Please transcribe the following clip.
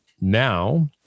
now